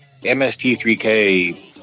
MST3K